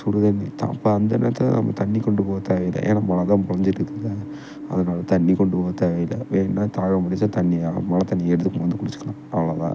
சுடு தண்ணி தான் அப்போ அந்த நேரத்தில் நம்ம தண்ணி கொண்டு போக தேவையில்ல ஏன்னா மழ தான் பொழிஞ்சிட்டு இருக்கிறதுல அதனால் தண்ணி கொண்டு போக தேவையில்லை வேணுன்னா தாகம் அடிச்சால் தண்ணி வேணா மழ தண்ணியை எடுத்து மொண்டு குடிச்சிக்கலாம் அவ்வளோ தான்